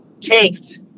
Caked